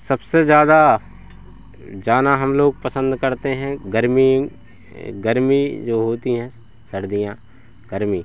सबसे ज़्यादा जाना हम लोग पसंद करते हैं गर्मी गर्मी जो होती हैं सर्दियाँ गर्मी